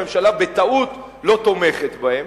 שהממשלה לא תומכת בהם.